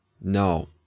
No